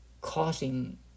causing